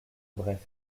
bref